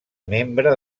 membre